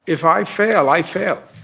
if i fail, i fail.